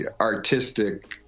artistic